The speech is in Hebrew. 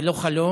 זה לא חלום.